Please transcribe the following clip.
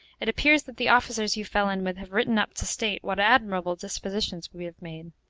it appears that the officers you fell in with have written up to state what admirable dispositions we had made.